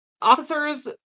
Officers